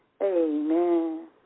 Amen